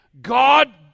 God